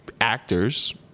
actors